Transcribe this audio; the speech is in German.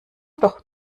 doch